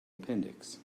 appendix